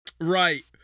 right